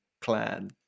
clan